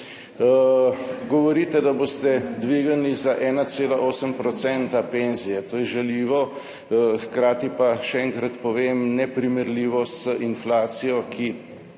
Govorite, da boste dvignili za 1,8 % penzije. To je žaljivo, hkrati pa, še enkrat povem, neprimerljivo z inflacijo, ki